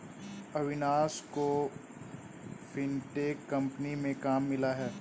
अविनाश को fintech company में काम मिला है